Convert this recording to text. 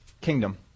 kingdom